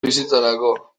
bizitzarako